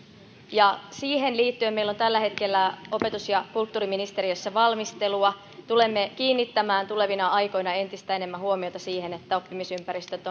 siihen liittyen meillä on tällä hetkellä opetus ja kulttuuriministeriössä valmistelua tulemme kiinnittämään tulevina aikoina entistä enemmän huomiota siihen että oppimisympäristöt